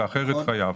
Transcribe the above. ומעל זה זה יהיה חייב.